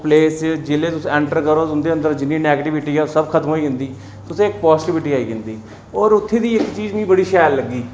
ओह् प्लेस जिसलै तुस इंटर करो तुंदे अंदर जिन्नी नैगेटिविटी ऐ ओह् सब खत्म होई जंदी तुसें इक पाजिटिविटी आई जंदी और उत्थै दी इक चीज मिगी बड़ी शैल लग्गी